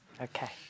Okay